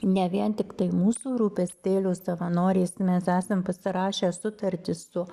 ne vien tiktai mūsų rūpestėlio savanorės mes esam pasirašę sutartis su